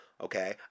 Okay